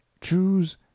choose